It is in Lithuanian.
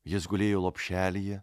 jis gulėjo lopšelyje